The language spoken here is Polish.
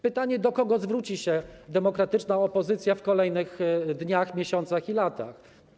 Pytanie, do kogo zwróci się demokratyczna opozycja w kolejnych dniach, miesiącach i latach.